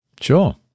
Sure